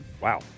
Wow